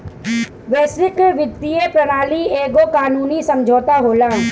वैश्विक वित्तीय प्रणाली एगो कानूनी समुझौता होला